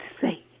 say